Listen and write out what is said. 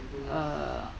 uh